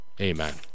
Amen